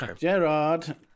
Gerard